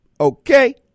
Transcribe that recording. Okay